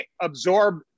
absorb